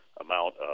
amount